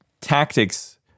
tactics